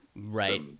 Right